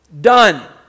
Done